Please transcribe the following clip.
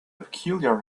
peculiar